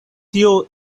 tio